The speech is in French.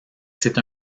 c’est